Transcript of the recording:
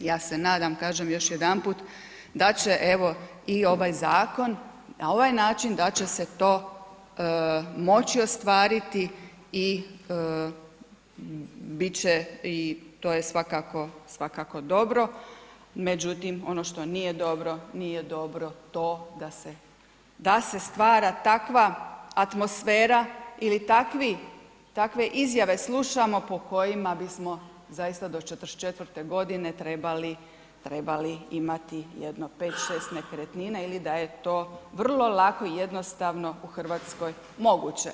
Ja se nadam, kažem još jedanput, da će evo, i ovaj zakon, na ovaj način da će se to moći ostvariti i bit će i to je svakako dobro, međutim, ono što nije dobro, nije dobro to da se stvara takva atmosfera ili takvi, takve izjave slušamo po kojima bismo zaista do 44. godine trebali imati jedno 5, 6 nekretnina ili da je to vrlo lako i jednostavno u Hrvatskoj moguće.